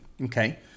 Okay